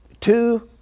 two